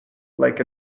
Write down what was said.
like